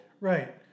Right